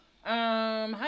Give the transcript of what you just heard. Hi